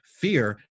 fear